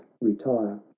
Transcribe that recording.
retire